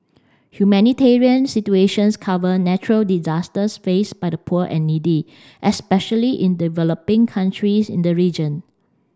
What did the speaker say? humanitarian situations cover natural disasters faced by the poor and needy especially in developing countries in the region